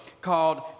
called